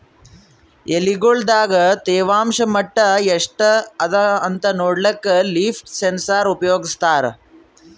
ಎಲಿಗೊಳ್ ದಾಗ ತೇವಾಂಷ್ ಮಟ್ಟಾ ಎಷ್ಟ್ ಅದಾಂತ ನೋಡ್ಲಕ್ಕ ಲೀಫ್ ಸೆನ್ಸರ್ ಉಪಯೋಗಸ್ತಾರ